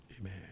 Amen